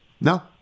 no